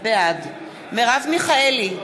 בעד מרב מיכאלי,